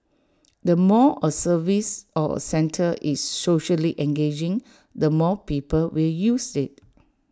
the more A service or centre is socially engaging the more people will use IT